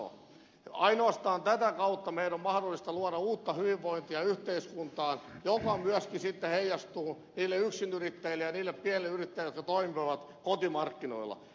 ainoastaan tätä kautta meidän on mahdollista luoda yhteiskuntaan uutta hyvinvointia joka myöskin sitten heijastuu niille yksinyrittäjille ja niille pienyrittäjille jotka toimivat kotimarkkinoilla